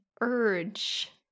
urge